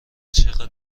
چقدر